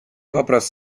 вопрос